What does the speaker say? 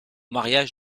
mariage